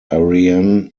ariane